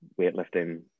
weightlifting